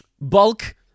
Bulk